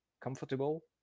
comfortable